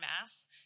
Mass